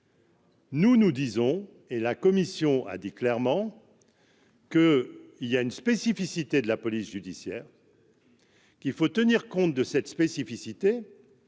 Nous nous disons, et la commission a dit clairement que, il y a une spécificité de la police judiciaire. Qui. Qu'il faut tenir compte de cette spécificité,